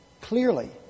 clearly